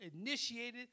initiated